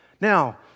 Now